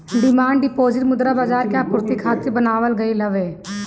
demand deposit मुद्रा बाजार के आपूर्ति खातिर बनावल गईल हवे